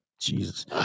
Jesus